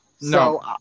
No